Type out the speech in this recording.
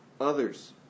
others